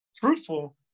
fruitful